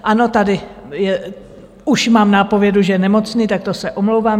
Ano, tady už mám nápovědu, že je nemocný, tak to se omlouvám.